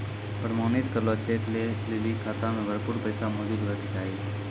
प्रमाणित करलो चेक लै लेली खाता मे भरपूर पैसा मौजूद होय के चाहि